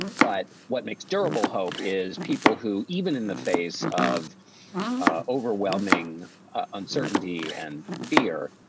but what makes durable hope is people who, even in the face of overwhelming uncertainty and fear,